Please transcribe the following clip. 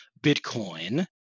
Bitcoin